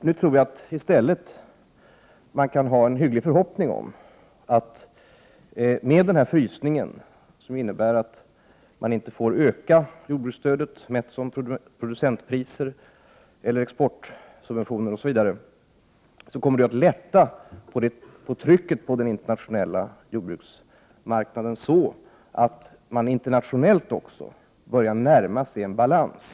Nu kan vi i stället ha en hygglig förhoppning om att denna frysning, som innebär att jordbruksstödet, mätt som producentpriser eller exportsubventioner osv., inte får öka, kommer att lätta på trycket på den internationella jordbruksmarknaden, som då börjar närma sig en balans.